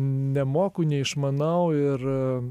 nemoku neišmanau ir